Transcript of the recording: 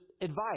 advice